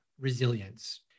resilience